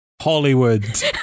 Hollywood